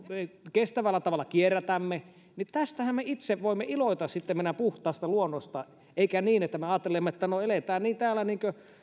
kestävällä tavalla kierrätämme tästähän me itse voimme iloita sitten meidän puhtaasta luonnostamme eikä niin että me ajattelemme että no eletään täällä niin kuin